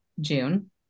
June